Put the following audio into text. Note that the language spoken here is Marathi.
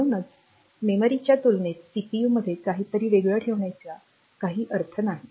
म्हणूनच मेमरीच्या तुलनेत सीपीयूमध्ये काहीतरी वेगळे ठेवण्यात काही अर्थ नाही